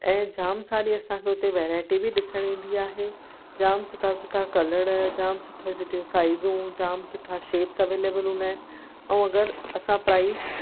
ऐं जाम सारी असांखे हुते वैरायटी बि ॾिसण ईंदी आहे जाम सुठा सुठा कलर जाम सुठियूं सुठियूं साइजियूं जाम सुठा शेपस अवेलेबल हूंदा आहिनि ऐं अगरि असां प्राइज़